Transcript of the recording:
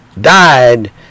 died